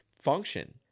function